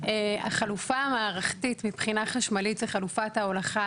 החלופה המערכתית מבחינה חשמלית היא חלופת ההולכה,